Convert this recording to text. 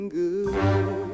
good